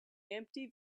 empty